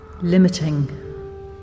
Limiting